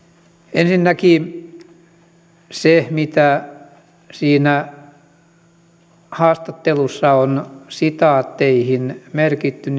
ensinnäkin siinä mitä siinä haastattelussa on sitaatteihin merkitty